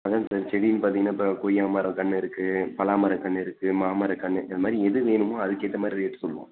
அதான் சார் செடின்னு பார்த்தீங்கன்னா இப்போ கொய்யா மரக்கன்று இருக்கு பலாமரக்கன்று இருக்கு மாமரக்கன்று இருக்கு அந்த மாதிரி எது வேணுமோ அதுக்கு ஏற்ற மாதிரி ரேட் சொல்லுவோம்